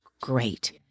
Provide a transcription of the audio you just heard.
great